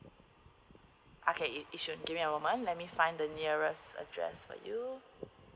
okay yishun okay give me a moment let me find the nearest address for you